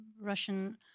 Russian